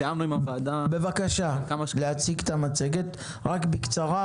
בבקשה להציג את המצגת רק בקצרה,